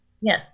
Yes